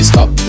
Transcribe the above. Stop